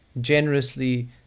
generously